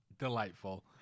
delightful